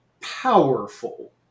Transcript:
powerful